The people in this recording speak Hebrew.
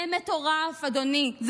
זה מטורף, אדוני.